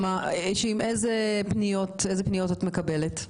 איזה פניות את מקבלת?